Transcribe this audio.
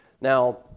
Now